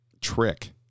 trick